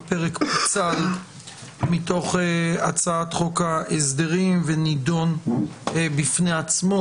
התשפ"א 2021. הפרק פוצל מתוך הצעת חוק ההסדרים ונידון בפני עצמו,